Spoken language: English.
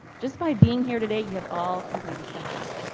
just by being here today, you have all completed step one.